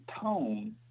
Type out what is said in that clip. tone